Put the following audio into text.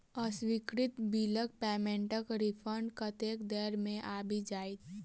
अस्वीकृत बिलक पेमेन्टक रिफन्ड कतेक देर मे आबि जाइत?